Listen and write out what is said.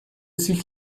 sich